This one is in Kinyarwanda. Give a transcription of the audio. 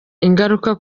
ingaruka